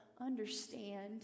understand